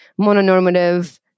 mononormative